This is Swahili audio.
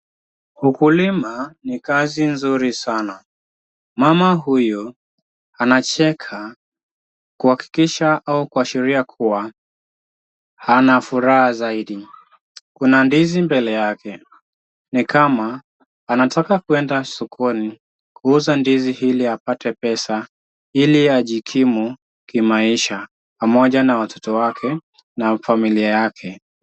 Ukulima ni kazi nzuri sana, mama huyu anacheka kuhakikisha au kuashiria kuwa ana furaha zaidi, kuna ndizi mbele yake, ni kama anataka kuenda sokoni kuuza ndizi ili apate pesa ili ajikimu kimaisha pamoja na watoto wake na familia yake.